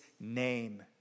name